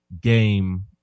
game